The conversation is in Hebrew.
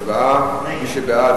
הצבעה: מי שבעד,